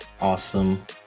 Awesome